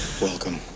Welcome